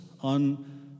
on